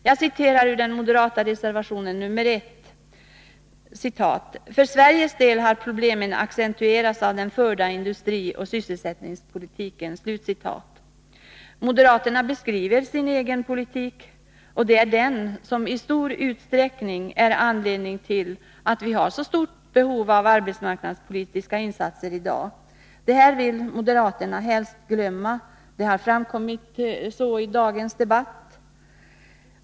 Jag citerar ur den moderata reservationen nr 1: ”För Sveriges del har problemen accentuerats av den förda industrioch sysselsättningspolitiken.” Moderaterna beskriver sin egen politik, och det är den som i stor utsträckning är anledningen till att behovet av arbetsmarknadspolitiska insatser i dag är så stort. Detta vill moderaterna helst glömma, vilket har framkommit också av dagens debatt.